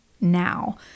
now